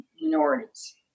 minorities